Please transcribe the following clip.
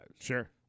Sure